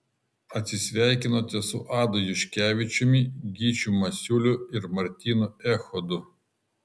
atsisveikinote su adu juškevičiumi gyčiu masiuliu ir martynu echodu